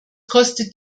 kostet